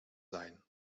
sein